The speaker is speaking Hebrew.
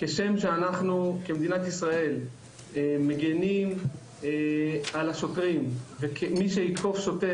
כשם שאנחנו כמדינת ישראל מגנים על השוטרים ומי שיתקוף שוטר